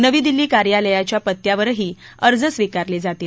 नवी दिल्ली कार्यालयाच्या पत्त्यावरही अर्ज स्वीकारले जातील